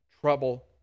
trouble